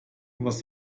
was